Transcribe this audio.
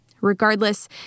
Regardless